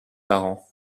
parents